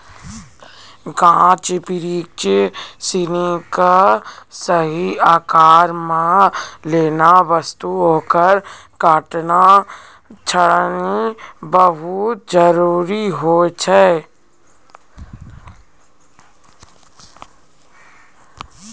गाछ बिरिछ सिनि कॅ सही आकार मॅ लानै वास्तॅ हेकरो कटाई छंटाई बहुत जरूरी होय छै